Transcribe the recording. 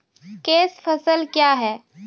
Cash फसल क्या हैं?